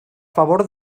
favor